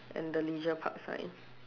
and the leisure park sign